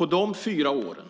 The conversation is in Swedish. Under de fyra åren